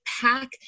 pack